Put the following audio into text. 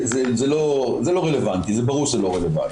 זה לא רלוונטי, ברור שזה לא רלוונטי.